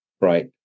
Right